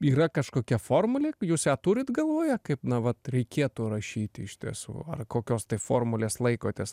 yra kažkokia formulė jūs ją turit galvoje kaip na vat reikėtų rašyti iš tiesų ar kokios tai formulės laikotės